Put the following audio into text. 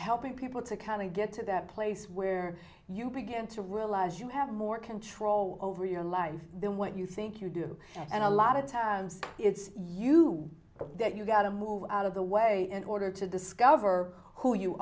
helping people to kind of get to that place where you began to realize you have more control over your life than what you think you do and a lot of times it's you that you've got to move out of the way in order to discover who you